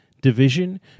division